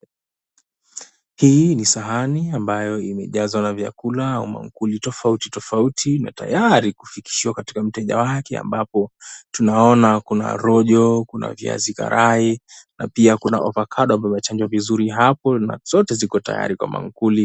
Hii ni sahani ambayo imejazwa na vyakula au maankuli tofauti tofauti na tayari kufikishiwa katika mteja wake ambapo tunaona kuna rojo, kuna viazi karai na pia kuna ovacado ambayo imechanjwa vizuri hapo na zote ziko tayari kwa maankuli.